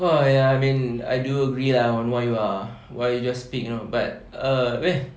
uh ya I mean I do agree lah on what you are what you just speak you know but uh